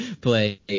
play